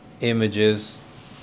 images